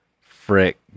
frick